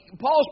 Paul's